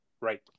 Right